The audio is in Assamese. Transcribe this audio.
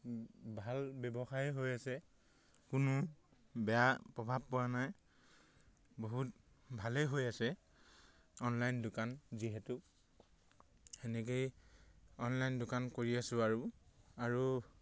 ভাল ব্যৱসায় হৈ আছে কোনো বেয়া প্ৰভাৱ পোৱা নাই বহুত ভালেই হৈ আছে অনলাইন দোকান যিহেতু সেনেকৈয়ে অনলাইন দোকান কৰি আছোঁ আৰু আৰু